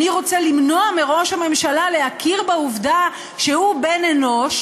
אני רוצה למנוע מראש הממשלה להכיר בעובדה שהוא בן אנוש,